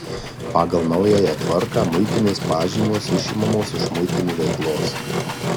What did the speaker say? pagal naująją tvarką muitinės pažymos išimamos iš muitinių veiklos